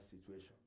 situation